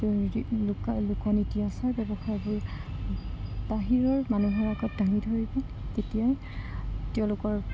তেওঁৰ যদি লোকা লোকনীতি আচাৰ ব্যৱহাৰবোৰ বাহিৰৰ মানুহৰ আগত দাঙি ধৰিব তেতিয়াই তেওঁলোকৰ